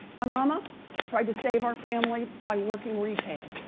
my mama tried to save our family by working retail.